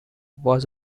was